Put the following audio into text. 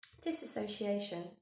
Disassociation